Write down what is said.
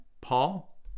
paul